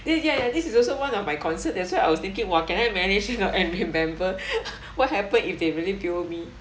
ya ya ya this is also one of my concern that's why I was thinking !wah! can I manage you know and remember what happen if they really bill me